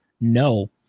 no